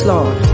Lord